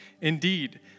Indeed